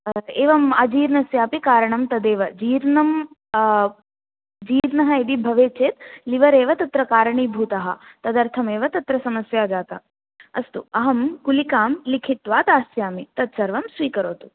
हा एवम् अजीर्णस्यापि कारणं तदेव जीर्णं जीर्णः यदि भवेत् चेत् लिवर् एव तत्र कारणीभूतः तदर्थमेव तत्र समस्या जाता अस्तु अहं गुलिकां लिखित्वा दास्यामि तत्सर्वं स्वीकरोतु